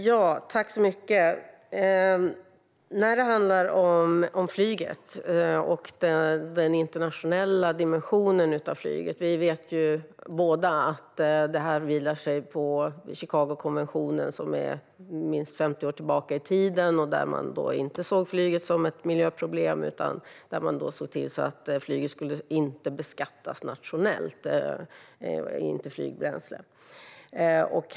Herr talman! När det gäller flyget och den internationella dimensionen av flyget vet både jag och Jens Holm att det vilar på Chicagokonventionen, som är minst 50 år gammal. Då såg man inte flyget som ett miljöproblem, utan man såg till att flygbränsle inte skulle beskattas nationellt.